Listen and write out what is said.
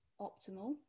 optimal